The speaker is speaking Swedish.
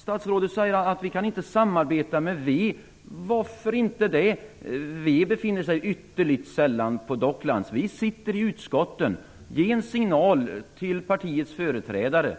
Statsrådet säger att det inte går att samarbeta med vänsterpartiet. Varför inte? Vänsterpartiet befinner sig ytterligt sällan på Docklands. Vi sitter i utskotten. Ge en signal till partiets företrädare,